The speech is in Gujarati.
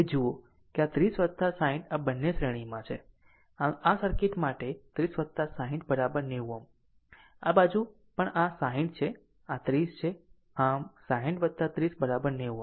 હવે જુઓ કે આ 30 60 આ બે શ્રેણીમાં છે આમ આ સર્કિટ માટે 30 60 90 Ω આ બાજુ પણ આ 60 છે આ 30 છે આમ 60 30 90 Ω